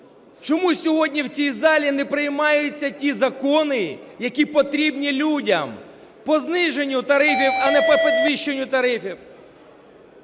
Чому сьогодні в цій залі не приймаються ті закони, які потрібні людям: по зниженню тарифів, а не по підвищенню тарифів,